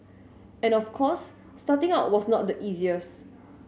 and of course starting out was not the easiest